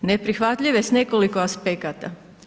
Neprihvatljiv je s nekoliko aspekata.